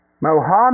Mohammed